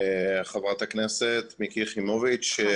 לחברת הכנסת מיקי חיימוביץ'.